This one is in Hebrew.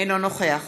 אינו נוכח